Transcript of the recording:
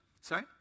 Sorry